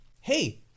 hey